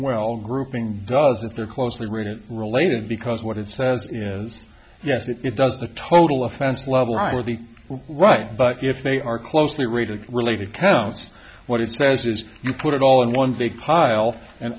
well grouping that they're closely related because what it says yes it does the total offense level or the right but if they are closely related related counts what it says is you put it all in one big pile and